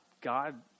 God